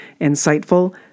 insightful